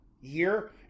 year